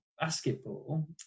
basketball